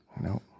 no